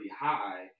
high